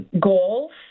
goals